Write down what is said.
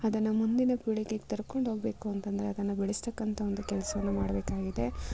ಅದನ್ನು ಮುಂದಿನ ಪೀಳಿಗೆಗೆ ತರ್ಕ್ಕೊಂಡು ಹೋಗಬೇಕು ಅಂತೆಂದ್ರೆ ಅದನ್ನು ಬೆಳೆಸ್ತಕ್ಕಂಥ ಒಂದು ಕೆಲಸವನ್ನು ಮಾಡಬೇಕಾಗಿದೆ